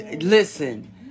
Listen